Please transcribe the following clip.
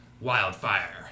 Wildfire